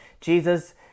Jesus